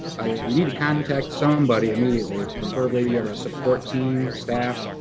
you need to contact somebody immediately, preferably of a support team staff,